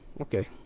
Okay